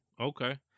Okay